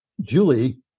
Julie